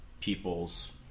people's